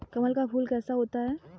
कमल का फूल कैसा होता है?